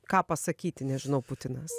ką pasakyti nežinau putinas